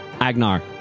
Agnar